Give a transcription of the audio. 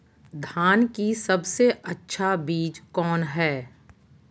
धान की सबसे अच्छा बीज कौन है?